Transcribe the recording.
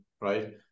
right